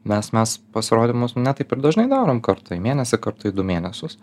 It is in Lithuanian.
nes mes pasirodymus ne taip ir dažnai darom kartą į mėnesį kartą į du mėnesius